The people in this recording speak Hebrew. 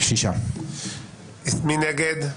מי נגד?